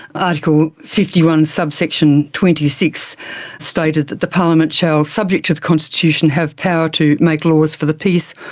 article fifty one subsection twenty six stated that the parliament shall, subject to the constitution, have power to make laws for the peace,